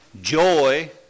joy